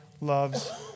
loves